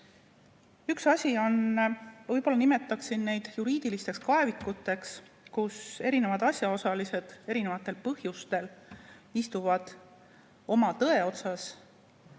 Üks asi on, võib-olla nimetaksin neid juriidilisteks kaevikuteks, kus erinevad asjaosalised erinevatel põhjustel istuvad oma tõe otsas